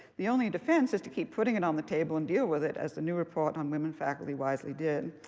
the only defense is to keep putting it on the table and deal with it, as the new report on women faculty wisely did.